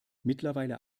mittlerweile